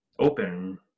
open